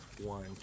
one